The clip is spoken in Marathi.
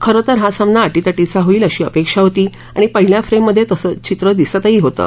खरं तर हा सामना अटीतटीचा होईल अशी अपेक्षा होती आणि पहिल्या फ्रेममधे तसंच चित्र दिसतंही होतं